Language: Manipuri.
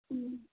ꯎꯝ